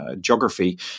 geography